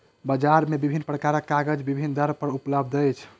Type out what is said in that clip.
बजार मे विभिन्न प्रकारक कागज विभिन्न दर पर उपलब्ध अछि